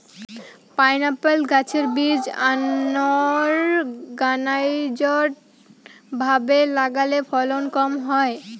pineapple গাছের বীজ unorganised ভাবে লাগালে ফলন কম হয়